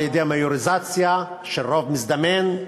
על-ידי המיוריזציה של רוב מזדמן,